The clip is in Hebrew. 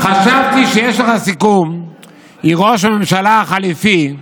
חשבתי שיש לך סיכום עם ראש הממשלה החליפי,